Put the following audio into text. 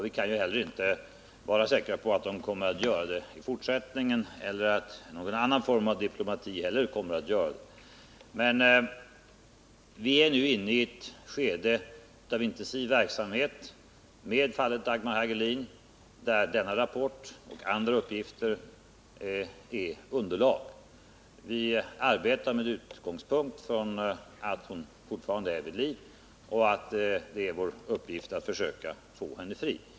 Vi kan inte heller vara säkra på att de kan göra det i fortsättningen eller att någon annan form av diplomati kommer att lyckas. Vi är emellertid inne i ett skede av intensiv verksamhet när det gäller fallet Dagmar Hagelin, varvid den här rapporten och andra uppgifter bildar underlag. Vi arbetar med utgångspunkten att Dagmar Hagelin fortfarande är vid liv och att det är vår uppgift att försöka få henne fri.